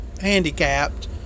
handicapped